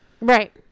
Right